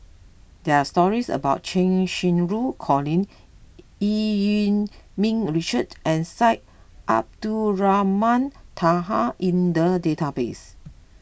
there are stories about Cheng Xinru Colin Eu Yee Ming Richard and Syed Abdulrahman Taha in the database